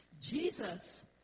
Jesus